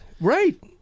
Right